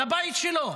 לבית שלו?